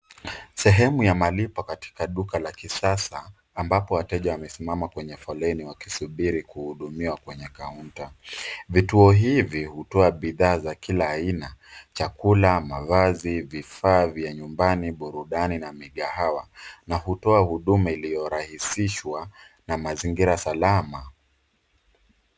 Sehemu ya malipo katika duka la kisasa ambapo wateja wamesimama kwenye foleni wakisubiri kuhudumiwa kwenye kaunta. Vituo hivi hutoa bidhaa za kila aina chakula ,mavazi, vifaa vya nyumbani, burundani na migahawa. Na hutoa huduma iliyorahisishwa na mazingira salama.